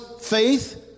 faith